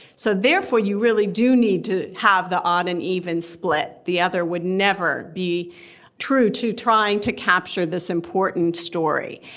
so therefore, you really do need to have the odd and even. split the other would never be true to trying to capture this important story.